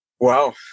Wow